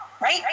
Right